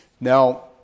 Now